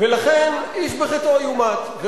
לכן, איש בחטאו יומת.